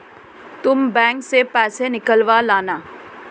तुम बैंक से पैसे निकलवा लाना